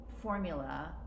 formula